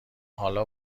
حالا